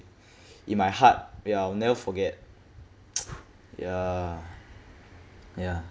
in my heart ya I'll never forget ya ya